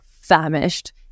famished